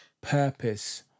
purpose